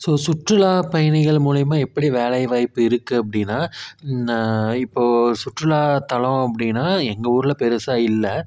so சுற்றுலாப் பயணிகள் மூலியமாக எப்படி வேலை வாய்ப்பு இருக்குது அப்படின்னா இப்போது சுற்றுலாத்தலம் அப்படின்னா எங்கள் ஊர்ல பெருசாக இல்லை